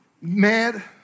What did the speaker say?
mad